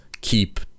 keep